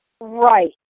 Right